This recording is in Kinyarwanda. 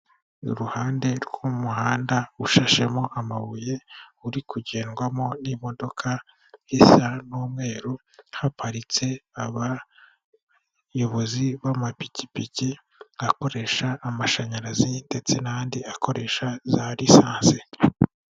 Iruhande rw'umuhanda ushashemo amabuye uri kugendwamo n'imodoka zisa n'umweru, haparitse abayobozi b'amapikipiki akoresha amashanyarazi ndetse n'andi akoresha za risanse.